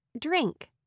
drink